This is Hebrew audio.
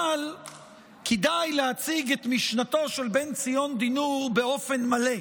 אבל כדאי להציג את משנתו של בן-ציון דינור באופן מלא,